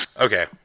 Okay